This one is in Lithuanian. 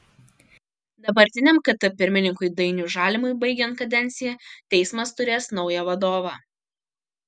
dabartiniam kt pirmininkui dainiui žalimui baigiant kadenciją teismas turės naują vadovą